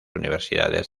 universidades